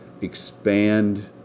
expand